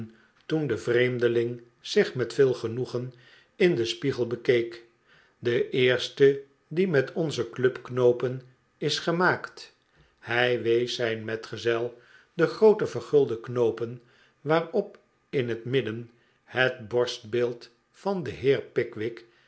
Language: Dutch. en de vreemdeling zich met veel genoegen in den spiegel bekeek de eerste die met onze clubknoopen is gemaakt hij wees zijn metgezel de groote vergulde knoopen waarop in het midden het borstbeeld van den heer pickwick